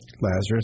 Lazarus